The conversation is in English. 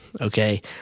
okay